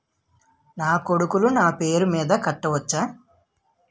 నా కొడుకులు నా పేరి మీద కట్ట వచ్చా?